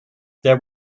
there